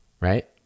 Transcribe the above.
right